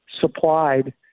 supplied